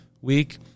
week